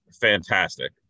fantastic